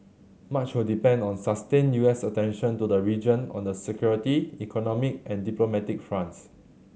much will depend on sustained U S attention to the region on the security economic and diplomatic fronts